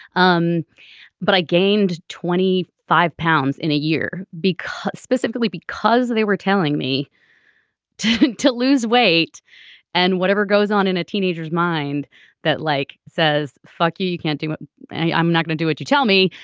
um but i gained twenty five pounds in a year because specifically because they were telling me to to lose weight and whatever goes on in a teenager's mind that like says fuck you you can't do it and i'm not gonna do it you tell me.